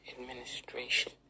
administration